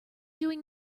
doing